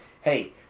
hey